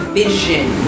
vision